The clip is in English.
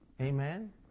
Amen